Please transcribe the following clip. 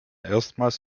erstmals